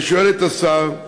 אני שואל את השר: